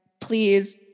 please